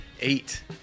Eight